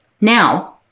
Now